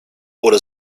oder